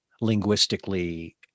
linguistically